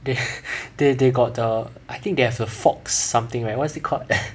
they they they got the I think they have the fox something right what is it called